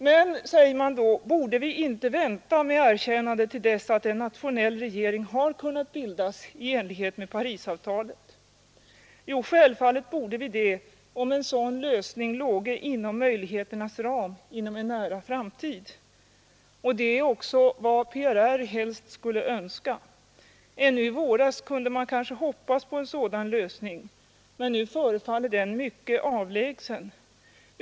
Men, säger man då, borde vi inte vänta med erkännandet till dess att en nationell regering har kunnat bildas i enlighet med Parisavtalet? Jo, självfallet borde vi det, om en sådan lösning låge inom möjligheternas ram inom en nära framtid. Och det är också vad PRR helst skulle önska. Ännu i våras kunde man kanske hoppas på en sådan lösning, men nu förefaller den mycket avlägsen.